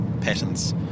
patterns